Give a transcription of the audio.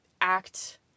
act